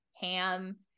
ham